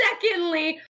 secondly